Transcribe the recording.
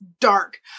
dark